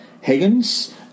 Higgins